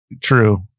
True